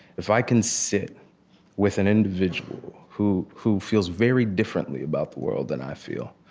if i can sit with an individual who who feels very differently about the world than i feel,